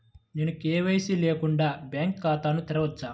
నేను కే.వై.సి లేకుండా బ్యాంక్ ఖాతాను తెరవవచ్చా?